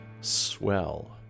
Swell